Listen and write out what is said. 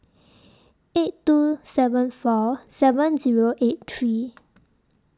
eight two seven four seven Zero eight three